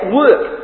work